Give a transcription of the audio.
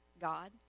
God